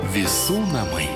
visų namai